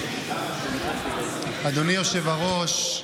אדוני היושב-ראש,